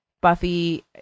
Buffy